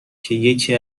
که، یکی